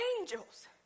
angels